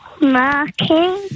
Marking